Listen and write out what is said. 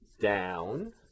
down